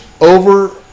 over